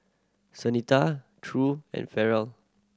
Santina True and Ferrell